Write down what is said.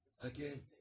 Again